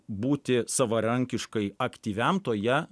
būti savarankiškai aktyviam toje